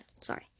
sorry